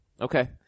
Okay